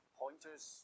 pointers